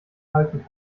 halten